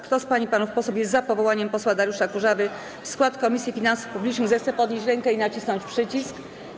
Kto z pań i panów posłów jest za powołaniem posła Dariusza Kurzawy w skład Komisji Finansów Publicznych, zechce podnieść rękę i nacisnąć przycisk.